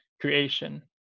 creation